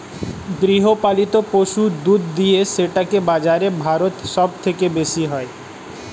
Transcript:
গৃহপালিত পশু দুধ দুয়ে সেটাকে বাজারে ভারত সব থেকে বেশি হয়